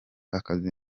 akazi